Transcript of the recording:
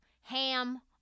ham